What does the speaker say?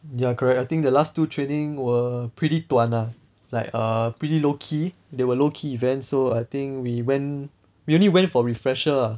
ya correct I think the last two training were pretty 短 ah like err pretty low key they were low key events so I think we went we only went for refresher ah